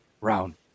round